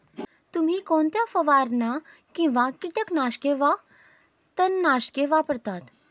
तुम्ही कोणत्या फवारण्या किंवा कीटकनाशके वा तणनाशके वापरता?